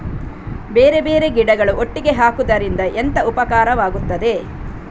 ಬೇರೆ ಬೇರೆ ಗಿಡಗಳು ಒಟ್ಟಿಗೆ ಹಾಕುದರಿಂದ ಎಂತ ಉಪಕಾರವಾಗುತ್ತದೆ?